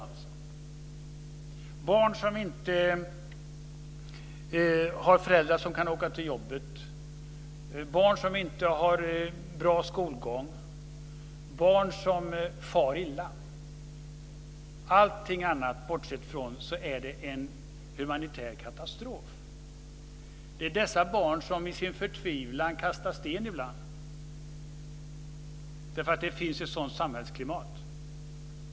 Det är barn som inte har föräldrar som kan åka till jobbet. Det är barn som inte har bra skolgång. Det är barn som far illa. Bortsett från allting annat är det en humanitär katastrof. Det är dessa barn som i sin förtvivlan kastar sten ibland, därför att det finns ett sådant samhällsklimat.